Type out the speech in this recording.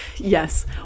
Yes